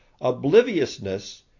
obliviousness